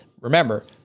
remember